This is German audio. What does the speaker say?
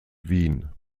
wien